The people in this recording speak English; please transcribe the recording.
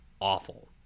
awful